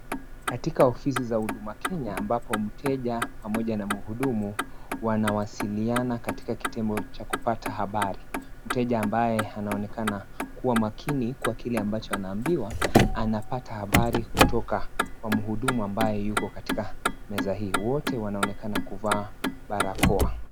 Katika ofisi za huduma Kenya ambapo mteja pamoja na mhudumu wanawasiliana katika kitemo Cha kupata habari. Mteja ambaye anaonekana kuwa makini kwa kile anacho ambiwa, anapata habari kutoka kwa mhudumu ambaye yuko katika meza hii. Wote wanaonekana kuvaa barakoa.